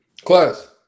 Class